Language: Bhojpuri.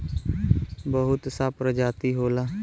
बहुत सा प्रजाति होला